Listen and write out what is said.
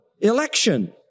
election